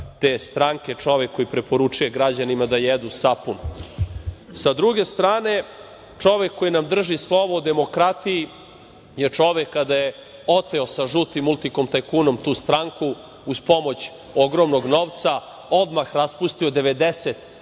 te stranke, čovek koji preporučuje građanima da jedu sapun. Sa druge strane, čovek koji nam drži slovo o demokratiji je čovek koji je oteo sa žutim „Multikom“ tajkunom tu stranku uz pomoć ogromnog novca, odmah raspustio 90